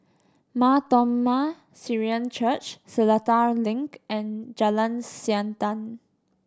Mar Thoma Syrian Church Seletar Link and Jalan Siantan